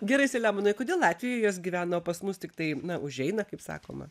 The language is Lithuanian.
gerai selemonai kodėl latvijoj jos gyvena o pas mus tiktai na užeina kaip sakoma